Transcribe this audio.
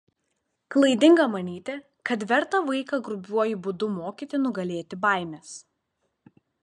klaidinga manyti kad verta vaiką grubiuoju būdu mokyti nugalėti baimes